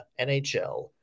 NHL